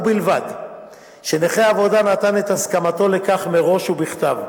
ובלבד שנכה העבודה נתן את הסכמתו לכך מראש ובכתב.